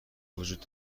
وجود